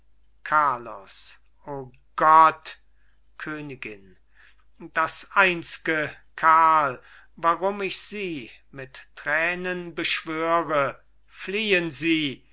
carlos o gott königin das einzge karl warum ich sie mit tränen beschwöre fliehen sie